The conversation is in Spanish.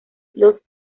los